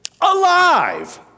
alive